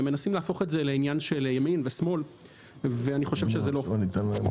הם מנסים להפוך את זה לעניין של ימין ושמאל ואני חושב שזה לא כך.